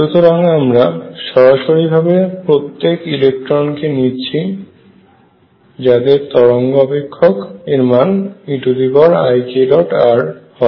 সুতরাং আমরা সরাসরিভাবে প্রত্যেক ইলেকট্রন কে নিচ্ছি যাদের তরঙ্গ অপেক্ষক এর মান eikr হয়